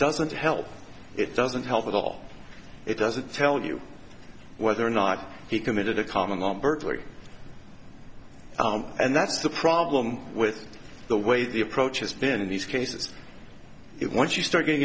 doesn't help it doesn't help at all it doesn't tell you whether or not he committed a common one burglary and that's the problem with the way the approach has been these cases it once you start getting